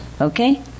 okay